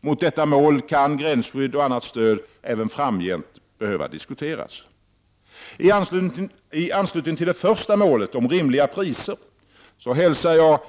Mot detta mål kan gränsskydd och annat stöd även framgent behöva diskuteras. I anslutning till det första målet om rimliga priser hälsar jag